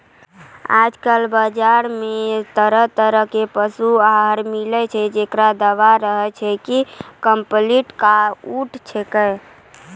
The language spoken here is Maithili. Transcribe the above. आजकल बाजार मॅ तरह तरह के पशु आहार मिलै छै, जेकरो दावा रहै छै कि कम्पलीट डाइट छेकै